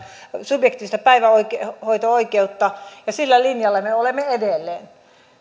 subjektiivista päivähoito oikeutta ja sillä linjalla me olemme edelleen